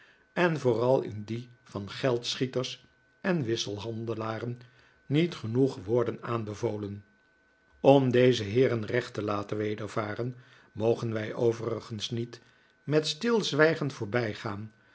en vooral in die van geldschieters en wisselhandelaren niet genoeg worden aanbevolen om deze heeren recht te laten wedervaren mogen wij overigens niet met stilzwijgen voorbijgaan